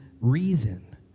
reason